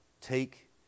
take